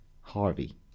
Harvey